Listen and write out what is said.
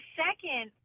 second